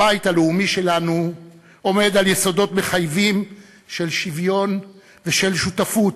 הבית הלאומי שלנו עומד על יסודות מחייבים של שוויון ושל שותפות,